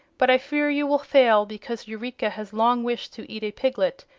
but i fear you will fail because eureka has long wished to eat a piglet,